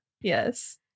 yes